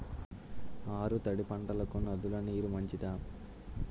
ఆరు తడి పంటలకు నదుల నీరు మంచిదా?